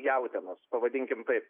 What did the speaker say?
jautienos pavadinkim taip